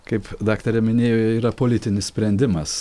kaip daktarė minėjo yra politinis sprendimas